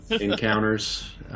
encounters